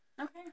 Okay